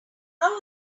are